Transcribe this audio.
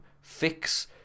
fix